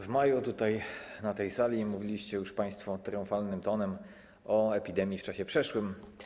W maju tutaj, na ten sali, mówiliście już państwo triumfalnym tonem o epidemii w czasie przeszłym.